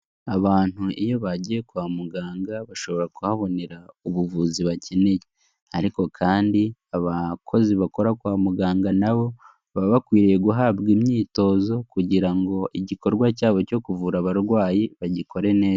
Abantu iyo bagiye kwa muganga bashobora kuhabonera ubuvuzi bakeneye. Ariko kandi abakozi bakora kwa muganga nabo, baba bakwiriye guhabwa imyitozo kugira ngo igikorwa cyabo cyo kuvura abarwayi, bagikore neza.